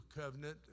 covenant